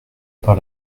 par